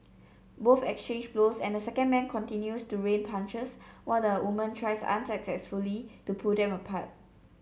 both exchange blows and the second man continues to rain punches while the woman tries unsuccessfully to pull them apart